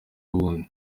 bundi